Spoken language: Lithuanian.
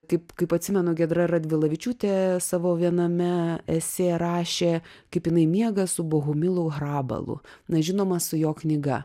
kaip kaip atsimenu giedra radvilavičiūtė savo viename esė rašė kaip jinai miega su bohumilu hrabalu na žinoma su jo knyga